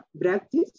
practice